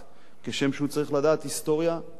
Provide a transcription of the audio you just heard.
כשם שהוא צריך לדעת היסטוריה וספרות,